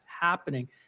happening